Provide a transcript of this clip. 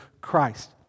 Christ